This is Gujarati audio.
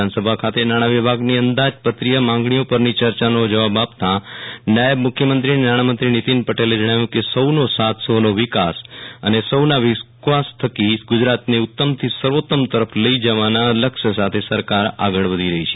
વિધાનસભા ખાતે નાણા વિભાગની અંદાજપત્રીય માંગણીઓ પરની ચર્ચાનો જવાબ આપતા નાયબ મુખ્યમંત્રી અને નાણામંત્રી નીતિન પટેલે જણાવ્યું હતું કે સૌનો સાથ સૌનો વિકાસ અને સૌનો વિશ્વાસ થકી ગુજરાતને ઉત્તમથી સર્વોત્તમ તરફ લઈ જવાના લક્ષ્ય સાથે સરકાર આગળ વધી રહી છે